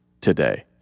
today